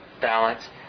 balance